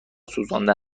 سوزانده